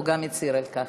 הוא גם הצהיר על כך.